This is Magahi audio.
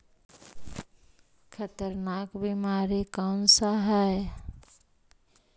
खतरनाक बीमारी कौन सा है?